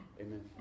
Amen